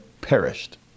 perished